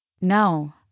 No